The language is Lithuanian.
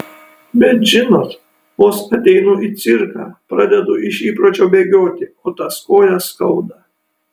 bet žinot vos ateinu į cirką pradedu iš įpročio bėgioti o tas kojas skauda